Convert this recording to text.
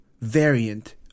variant